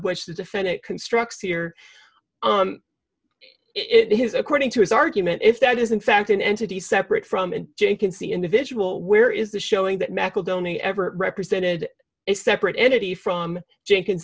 which the defendant constructs here it is according to his argument if that is in fact an entity separate from and jay can see individual where is the showing that macedonia ever represented a separate entity from jenkins